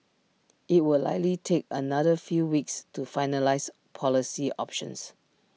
IT will likely take another few weeks to finalise policy options